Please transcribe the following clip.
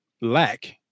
lack